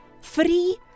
free